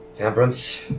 Temperance